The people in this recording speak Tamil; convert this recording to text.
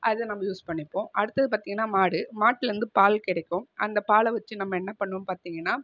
அதை நம்ப யூஸ் பண்ணிப்போம் அடுத்தது பார்த்தீங்கன்னா மாடு மாடில் வந்து பால் கிடைக்கும் அந்த பாலை வச்சு நம்ம என்ன பண்ணுவோம்னு பார்த்தீங்கன்னா